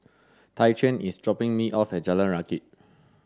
Tyquan is dropping me off at Jalan Rakit